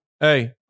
Hey